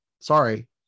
sorry